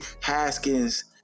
Haskins